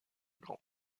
grand